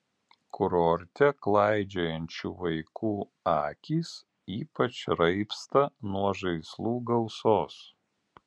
kurorte klaidžiojančių vaikų akys ypač raibsta nuo žaislų gausos